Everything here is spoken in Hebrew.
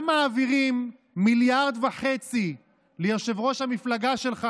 גם מעבירים מיליארד וחצי ליושב-ראש המפלגה שלך,